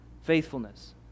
faithfulness